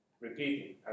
repeating